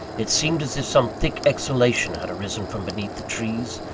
it seemed as if some thick exhalation had arisen from beneath the trees,